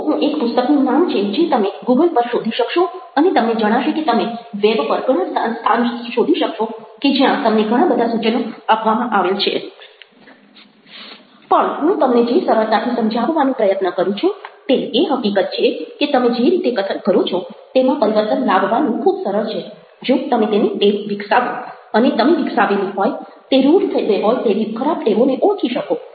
તો હું એક પુસ્તકનું નામ છે જે તમે ગૂગલ પર શોધી શકશો અને તમને જણાશે કે તમે વેબ પર ઘણા સ્થાન શોધી શકશો કે જ્યાં તમને ઘણા બધા સૂચનો આપવામાં આવેલા છે પણ હું તમને જે સરળતાથી સમજાવવાનો પ્રયત્ન કરું છું તે એ હકીકત છે કે તમે જે રીતે કથન કરો છો તેમાં પરિવર્તન લાવવાનું ખૂબ સરળ છે જો તમે તેની ટેવ વિકસાવો અને તમે વિકસાવેલી હોય તે રૂઢ થઈ ગઈ હોય તેવી ખરાબ ટેવોને ઓળખી શકો